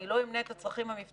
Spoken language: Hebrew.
אני לא אמנה את הצרכים המבצעיים,